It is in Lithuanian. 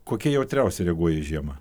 kokie jautriausiai reaguoja į žiemą